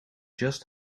just